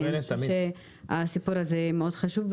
כי הסיפור הזה מאוד חשוב.